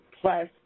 plus